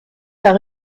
par